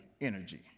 energy